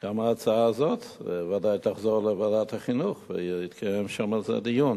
גם ההצעה זאת בוודאי תחזור לוועדת החינוך ויתקיים שם על זה דיון.